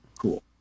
cool